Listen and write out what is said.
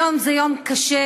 היום זה יום קשה,